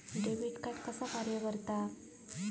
Debit card कसा कार्य करता?